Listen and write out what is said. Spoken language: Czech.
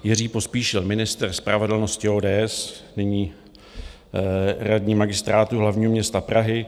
Jiří Pospíšil, ministr spravedlnosti ODS, nyní radní Magistrátu hlavního města Prahy: